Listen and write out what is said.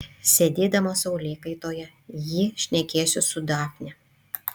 sėdėdama saulėkaitoje ji šnekėjosi su dafne